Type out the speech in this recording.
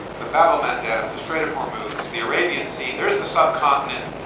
the bab-el-mandeb, the strait of hormuz, the arabian sea, there's the subcontinent.